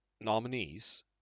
nominees